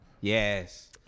Yes